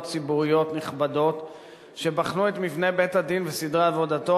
ציבוריות נכבדות שבחנו את מבנה בית-הדין וסדרי עבודתו,